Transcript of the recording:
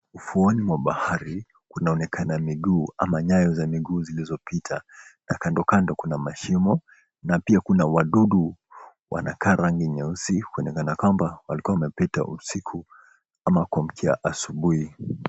Ufuoni mwa bahari kunaonekana miguu au nyayo za miguu zilizopita na kandokando kuna mashimo na pia kuna wadudu wanakaa rangi nyeusi kuonekana kwamba walikuwa wamepita usiku ama kuamkia asubui.